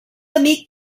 amic